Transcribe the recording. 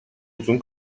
uzun